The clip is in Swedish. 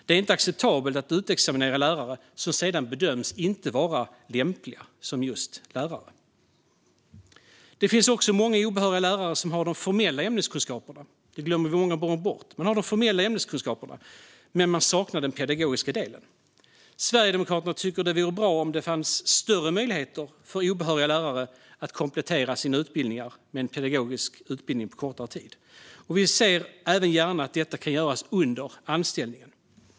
Det är inte acceptabelt att utexaminera lärare som sedan bedöms inte vara lämpliga som just lärare. Det finns många obehöriga lärare som har de formella ämneskunskaperna - det glömmer vi många gånger bort - men som saknar den pedagogiska delen. Sverigedemokraterna tycker att det vore bra om det fanns större möjligheter för obehöriga lärare att komplettera sin utbildning med en pedagogisk utbildning på kortare tid. Vi ser även gärna att detta kan göras under anställningen.